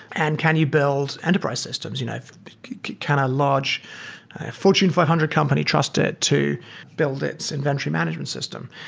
and can you build enterprise systems? you know can can a large fortune five hundred company trust it to build its inventory management system?